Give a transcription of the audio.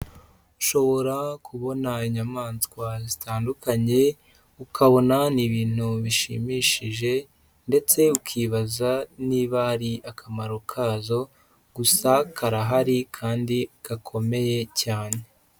Ushobora kubona inyamaswa zitandukanye, ukabona ni ibintu bishimishije ndetse ukibaza niba ari akamaro kazo, gusa karahari kandi gakomeye cyane.